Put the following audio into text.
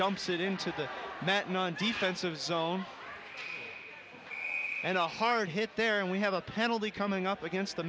it into the defensive zone and a hard hit there and we have a penalty coming up against the